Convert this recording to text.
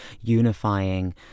unifying